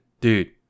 dude